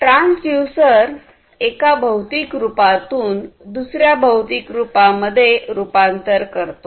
transducer एका भौतिक रूपातून दुसऱ्या भौतिक रूपामध्ये रूपांतर करतो